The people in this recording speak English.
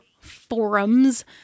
Forums